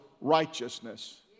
righteousness